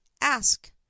ask